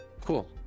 Cool